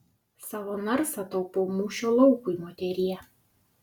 savo narsą taupau mūšio laukui moterie